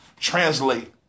translate